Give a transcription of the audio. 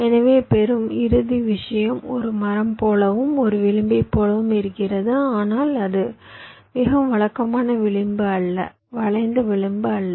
எனவே பெறும் இறுதி விஷயம் ஒரு மரம் போலவும் ஒரு விளிம்பைப் போலவும் இருக்கிறது ஆனால் அது மிகவும் வழக்கமான விளிம்பு அல்ல வளைந்த விளிம்பு அல்ல